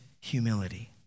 humility